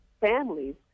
families